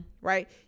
Right